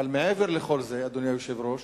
אבל, אדוני היושב-ראש,